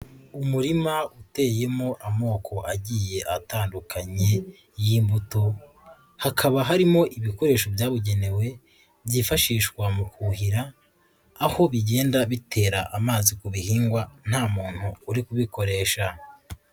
Umurima uteyemo amoko agiye atandukanye y'imbuto, hakaba harimo ibikoresho byabugenewe byifashishwa mu kuhuhira aho bigenda bitera amazi ku bihingwa nta muntu uri kubikoresha.